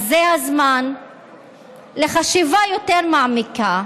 אז זה הזמן לחשיבה יותר מעמיקה,